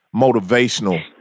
motivational